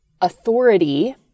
Authority